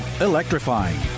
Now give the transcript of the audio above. Electrifying